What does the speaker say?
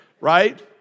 right